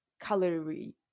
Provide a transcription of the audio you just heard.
calorie